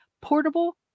Portable